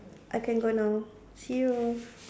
I can go now see you